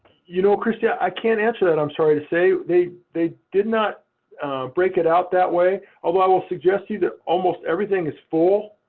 you know christie, ah i can't answer that, i'm sorry to say. they they did not break it out that way, although i will suggest to you that almost everything is full.